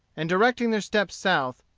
and directing their steps south,